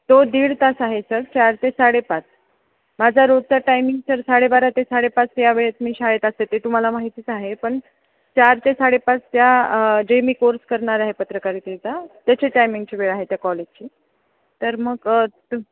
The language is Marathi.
तो दीड तास आहे सर चार ते साडेपाच माझा रोजचा टायमिंग सर साडेबारा ते साडेपाच या वेळेत मी शाळेत असते ते तुम्हाला माहितीच आहे पण चार ते साडेपाच त्या जे मी कोर्स करणार आहे पत्रकारितेचा त्याची टायमिंगची वेळ आहे त्या कॉलेजची तर मग तुम्ही